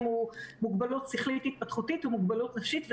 התוכנית של משרד הבריאות שמדברת על שלושה מפגשים שהם קצרים,